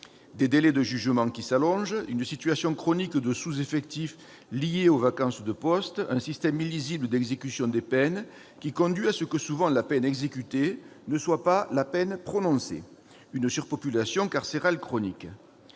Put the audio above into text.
Des délais de jugement qui s'allongent, une situation chronique de sous-effectif liée aux vacances de postes, un système illisible d'exécution des peines, en vertu duquel la peine exécutée n'est, souvent, pas la peine prononcée, une surpopulation carcérale chronique